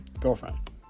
girlfriend